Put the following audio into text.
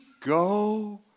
Go